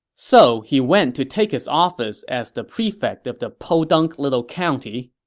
so he went to take his office as the prefect of the podunk little county.